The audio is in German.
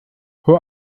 hör